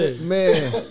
man